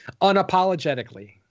unapologetically